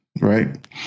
Right